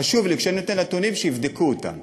חשוב לי שכשאני נותן נתונים, יבדקו אותם.